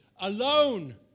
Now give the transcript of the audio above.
Alone